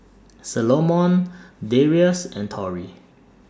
Salomon Darius and Tori